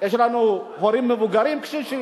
יש לנו הורים מבוגרים, קשישים,